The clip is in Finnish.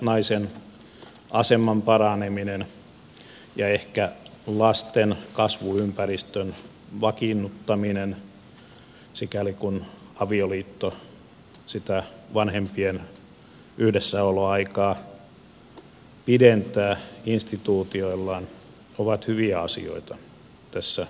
naisen aseman paraneminen ja ehkä lasten kasvuympäristön vakiinnuttaminen sikäli kuin avioliitto sitä vanhempien yhdessäoloaikaa pidentää instituutiollaan ovat hyviä asioita tässä laissa